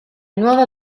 nuova